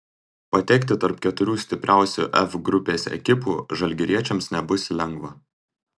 patekti tarp keturių stipriausių f grupės ekipų žalgiriečiams nebus lengva